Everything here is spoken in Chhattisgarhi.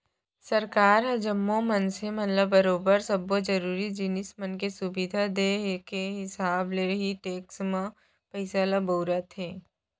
सरकार ह जम्मो मनसे मन ल बरोबर सब्बो जरुरी जिनिस मन के सुबिधा देय के हिसाब ले ही टेक्स म मिले पइसा ल बउरथे